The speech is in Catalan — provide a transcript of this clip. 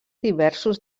diversos